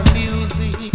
music